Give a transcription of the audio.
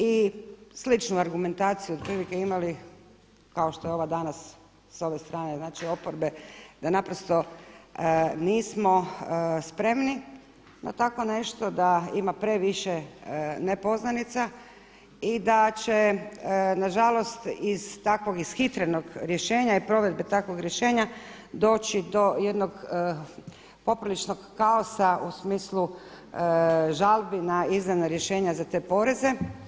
I sličnu argumentaciju otprilike imali kao što je ova danas s ove strane oporbe, da naprosto nismo spremni na takvo nešto, da ima previše nepoznanica i da će nažalost iz takvog ishitrenog rješenja i provedbe takvog rješenja doći do jednog popriličnog kaosa u smislu žalbi na izdana rješenja za te poreze.